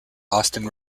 austin